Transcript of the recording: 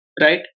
right